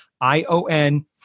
I-O-N